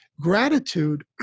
Gratitude